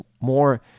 more